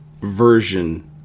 version